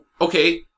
Okay